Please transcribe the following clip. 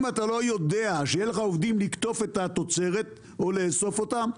אם אתה לא יודע שיהיו לך עובדים לקטוף את התוצרת או לאסוף אותה,